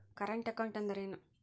Current account ಅಂದರೇನು?